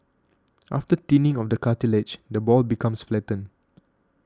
after thinning of the cartilage the ball becomes flattened